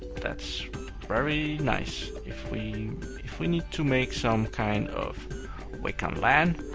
that's very nice. if we if we need to make some kind of wake on lan,